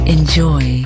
Enjoy